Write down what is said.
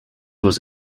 was